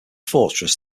fortress